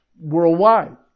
worldwide